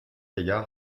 égard